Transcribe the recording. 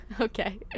Okay